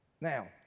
Now